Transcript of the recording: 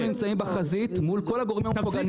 אנחנו נמצאים בחזית מול כל הגורמים הפוגעניים.